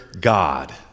God